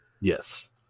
yes